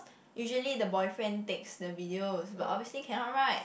usually the boyfriend takes the videos but obviously cannot right